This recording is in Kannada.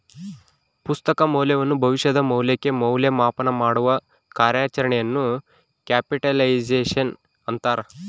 ಪ್ರಸ್ತುತ ಮೌಲ್ಯವನ್ನು ಭವಿಷ್ಯದ ಮೌಲ್ಯಕ್ಕೆ ಮೌಲ್ಯ ಮಾಪನಮಾಡುವ ಕಾರ್ಯಾಚರಣೆಯನ್ನು ಕ್ಯಾಪಿಟಲೈಸೇಶನ್ ಅಂತಾರ